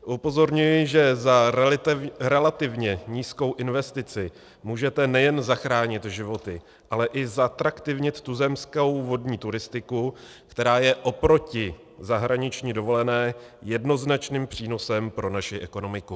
Upozorňuji, že za relativně nízkou investici můžete nejen zachránit životy, ale i zatraktivnit tuzemskou vodní turistiku, která je oproti zahraniční dovolené jednoznačným přínosem pro naši ekonomiku.